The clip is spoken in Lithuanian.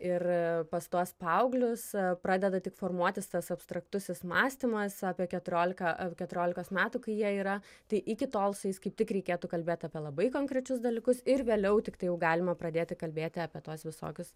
ir pas tuos paauglius pradeda tik formuotis tas abstraktusis mąstymas apie keturiolika ar keturiolikos metų kai jie yra tai iki tol su jais kaip tik reikėtų kalbėt apie labai konkrečius dalykus ir vėliau tiktai jau galima pradėti kalbėti apie tuos visokius